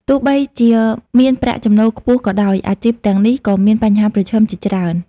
ទោះបីជាមានប្រាក់ចំណូលខ្ពស់ក៏ដោយ អាជីពទាំងនេះក៏មានបញ្ហាប្រឈមជាច្រើន។